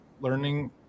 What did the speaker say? learning